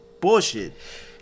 bullshit